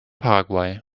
paraguay